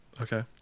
okay